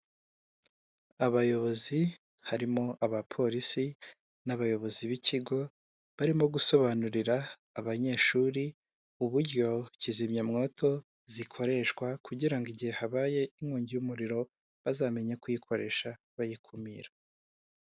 Abayobozi harimo abapolisi n'abayobozi b'ikigo, barimo gusobanurira abanyeshuri, uburyo kizimyamwoto zikoreshwa, kugira ngo igihe habaye inkongi y'umuriro bazamenye kuyikoresha bayikumira.